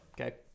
Okay